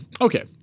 Okay